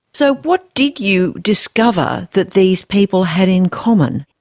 so what did you discover that these people had in common?